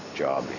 job